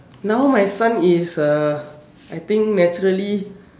now my son is a I think naturally